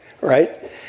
right